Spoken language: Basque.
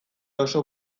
oso